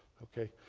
ok?